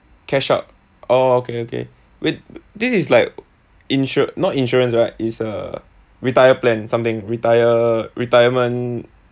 cash out orh okay okay wait this is like insur~ not insurance right it's uh retire plan something retire retirement